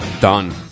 done